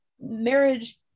marriage